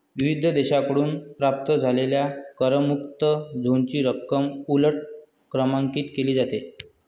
विविध देशांकडून प्राप्त झालेल्या करमुक्त झोनची रक्कम उलट क्रमांकित केली जाते